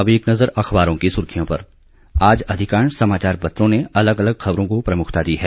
अब एक नजर अखबारों की सुर्खियों पर आज अधिकांश समाचार पत्रों ने अलग अलग खबरों को प्रमुखता दी है